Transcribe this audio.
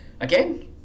Again